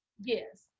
yes